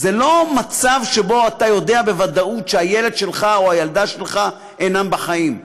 זה לא מצב שבו אתה יודע בוודאות שהילד שלך או הילדה שלך אינם בחיים.